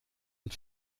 und